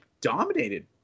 dominated